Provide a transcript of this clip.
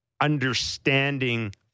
understanding